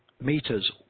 meters